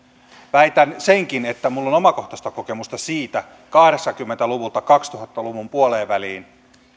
väitän senkin että minulla on omakohtaista kokemusta siitä kahdeksankymmentä luvulta kaksituhatta luvun puoleenväliin